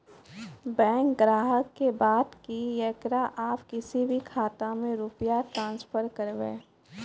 Bank ग्राहक के बात की येकरा आप किसी भी खाता मे रुपिया ट्रांसफर करबऽ?